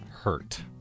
hurt